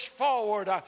forward